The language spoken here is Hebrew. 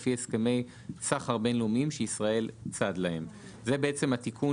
לפי הסכמי סחר בין-לאומיים שישראל צד להם." זה למעשה התיקון